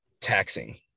taxing